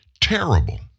terrible